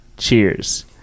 Cheers